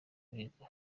mihigo